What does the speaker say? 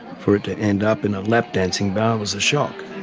for it to end up in a lap dancing bar was a shock.